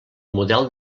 model